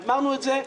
אמרנו את זה.